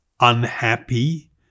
unhappy